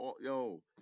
yo